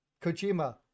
Kojima